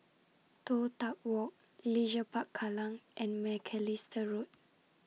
Toh Tuck Walk Leisure Park Kallang and Macalister Road